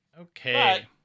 Okay